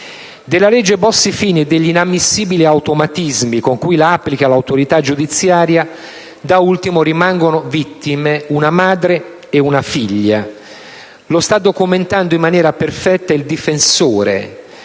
Della legge Bossi-Fini e degli inammissibili automatismi con cui la applica l'autorità giudiziaria da ultimo rimangono vittime una madre e una figlia. Lo sta documentando in maniera perfetta il difensore